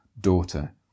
Daughter